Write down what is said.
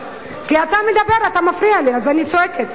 כי אתה מדבר, אתה מפריע לי, אז אני צועקת.